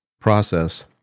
process